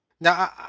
Now